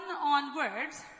onwards